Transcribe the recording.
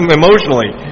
emotionally